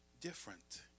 different